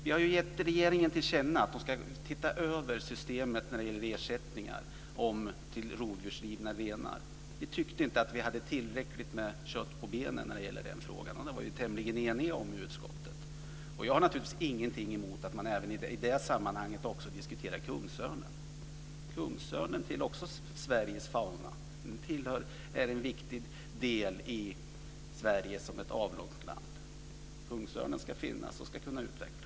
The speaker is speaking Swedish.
Vi har gett regeringen till känna att man ska titta över systemet när det gäller ersättning för rovdjursrivna renar. Vi tyckte inte att vi hade tillräckligt med kött på benen i den frågan. Det var vi tämligen eniga om i utskottet. Jag har naturligtvis ingenting emot att man även i det sammanhanget diskuterar kungsörnen. Den tillhör också Sveriges fauna. Den är en viktig del i Sverige som ett avlångt land. Kungsörnen ska finnas och kunna utvecklas.